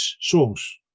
songs